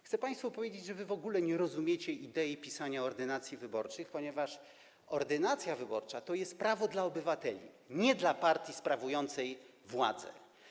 Chcę państwu powiedzieć, że wy w ogóle nie rozumiecie idei pisania ordynacji wyborczych, ponieważ ordynacja wyborcza to jest prawo dla obywateli, nie dla partii sprawującej władzę.